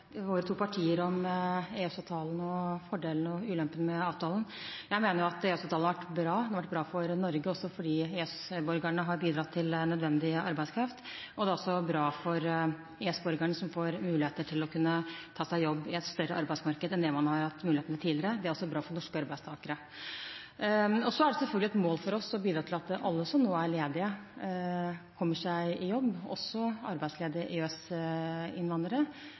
våre to partier om EØS-avtalen og fordelene og ulempene med avtalen. Jeg mener at EØS-avtalen har vært bra, den har vært bra for Norge også fordi EØS-borgerne har bidratt til nødvendig arbeidskraft. Og den er også bra for EØS-borgerne, som får mulighet til å kunne ta seg jobb i et større arbeidsmarked enn man har hatt mulighet til tidligere, og det er også bra for norske arbeidstakere. Det er selvfølgelig et mål for oss å bidra til at alle som nå er ledige, kommer seg i jobb, også arbeidsledige